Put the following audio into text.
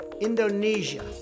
Indonesia